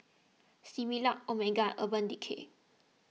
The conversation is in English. Similac Omega and Urban Decay